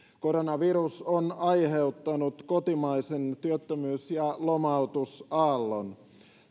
koronavirus on aiheuttanut kotimaisen työttömyys ja lomautusaallon